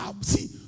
see